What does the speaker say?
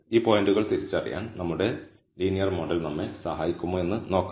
ഈ പോയിന്റുകൾ തിരിച്ചറിയാൻ നമ്മുടെ ലീനിയർ മോഡൽ നമ്മെ സഹായിക്കുമോ എന്ന് നോക്കാം